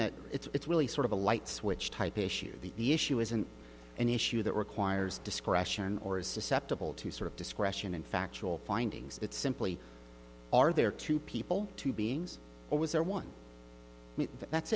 that it's really sort of a light switch type issue the issue isn't an issue that requires discretion or is susceptible to sort of discretion and factual findings that simply are there two people two beings always or one that's